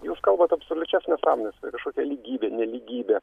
jūs kalbat absoliučios nesąmones kažkokia lygybė nelygybė